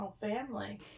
family